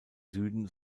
süden